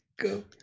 Go